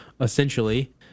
essentially